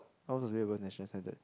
I was way above national standard